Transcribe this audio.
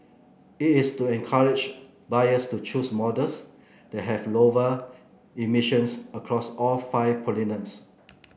it is to encourage buyers to choose models that have lower emissions across all five pollutants